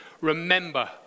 remember